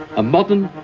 a modern,